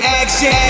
action